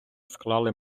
склали